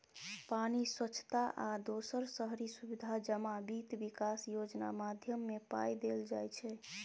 पानि, स्वच्छता आ दोसर शहरी सुबिधा जमा बित्त बिकास योजना माध्यमे पाइ देल जाइ छै